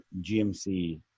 GMC